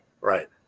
right